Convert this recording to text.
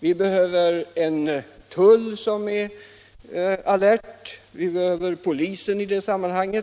Vi behöver en tull som är alert, vi behöver poliser.